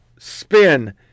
spin